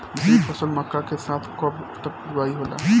मिश्रित फसल मक्का के साथ कब तक बुआई होला?